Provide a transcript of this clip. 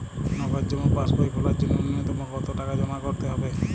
নগদ জমা পাসবই খোলার জন্য নূন্যতম কতো টাকা জমা করতে হবে?